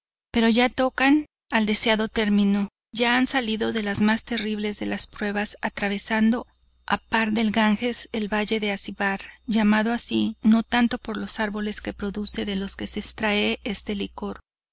pero ya tocan al deseado término ya han salido de las mas terribles de las pruebas atravesando a par del ganges el valle del acíbar llamado así no tanto por los arboles que produce de los que se extrae este licor